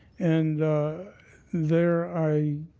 and there i